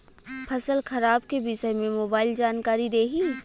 फसल खराब के विषय में मोबाइल जानकारी देही